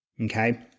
Okay